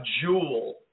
jewel